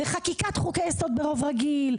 וחקיקת חוקי יסוד ברוב רגיל,